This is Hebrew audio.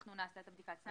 אנחנו נעשה את הבדיקה אצלנו.